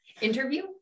Interview